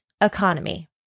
economy